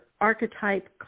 archetype